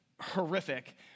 horrific